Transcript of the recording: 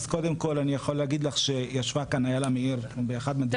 אז קודם כל אני יכול להגיד לך שישבה כאן איילה מאיר באחד מהדיונים.